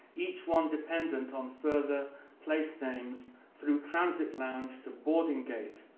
each one dependent on further place-names through transit lounge to boarding gate.